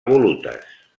volutes